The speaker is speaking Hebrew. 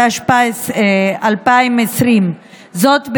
התשפ"א 2020. זאת,